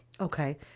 Okay